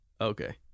okay